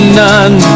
none